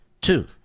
two